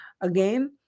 again